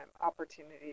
opportunity